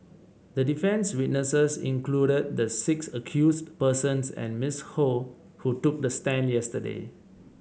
the defence's witnesses included the six accused persons and Ms Ho who took the stand yesterday